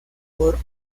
por